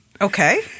Okay